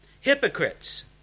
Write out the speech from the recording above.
Hypocrites